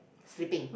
sleeping